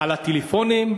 על הטלפונים,